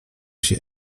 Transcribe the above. się